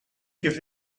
give